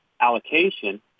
allocation